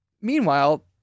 Meanwhile